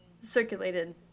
circulated